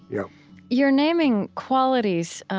yeah you're naming qualities